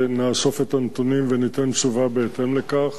ונאסוף את הנתונים וניתן תשובה בהתאם לכך.